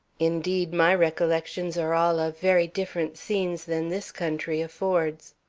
indeed, my recollections are all of very different scenes than this country affords.